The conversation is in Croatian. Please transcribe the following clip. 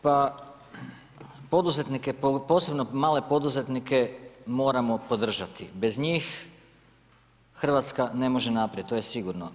Pa poduzetnike, posebno male poduzetnike moramo podržati, bez njih Hrvatska ne može naprijed, to je sigurno.